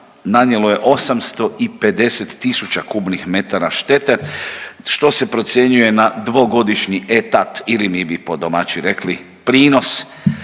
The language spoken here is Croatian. nanijelo je 850 tisuća kubnih metara štete, što se procjenjuje na dvogodišnji etat ili, mi bi po domaći rekli, prinos.